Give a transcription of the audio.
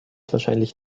wahrscheinlich